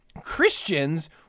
christians